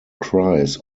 cries